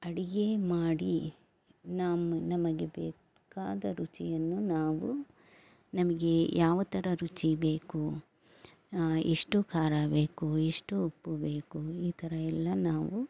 ಅಡಿಗೆ ಮಾಡಿ ನಮ್ಮ ನಮಗೆ ಬೇಕಾದ ರುಚಿಯನ್ನು ನಾವು ನಮಗೆ ಯಾವ ಥರ ರುಚಿ ಬೇಕು ಎಷ್ಟು ಖಾರ ಬೇಕು ಎಷ್ಟು ಉಪ್ಪು ಬೇಕು ಈ ಥರ ಎಲ್ಲ ನಾವು